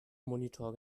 monitor